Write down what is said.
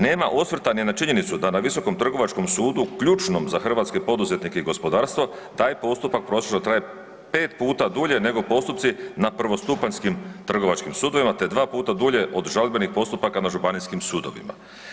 Nema osvrta ni na činjenicu da na Visokom trgovačkom sudu ključnom za hrvatske poduzetnike i gospodarstvo taj postupak prosječno traje 5 puta dulje nego postupci na prvostupanjskim trgovačkim sudovima, te 2 puta dulje od žalbenih postupaka na županijskim sudovima.